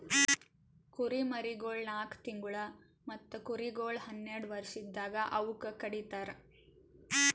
ಕುರಿಮರಿಗೊಳ್ ನಾಲ್ಕು ತಿಂಗುಳ್ ಮತ್ತ ಕುರಿಗೊಳ್ ಹನ್ನೆರಡು ವರ್ಷ ಇದ್ದಾಗ್ ಅವೂಕ ಕಡಿತರ್